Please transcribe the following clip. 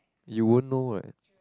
you won't know what